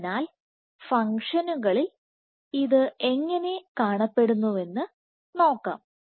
അതിനാൽ ഫംഗ്ഷനുകളിൽ ഇത് എങ്ങനെ കാണപ്പെടുന്നുവെന്ന് നോക്കാം